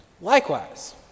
Likewise